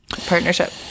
partnership